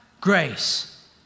grace